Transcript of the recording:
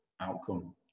outcome